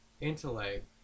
intellect